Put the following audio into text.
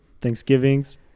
Thanksgivings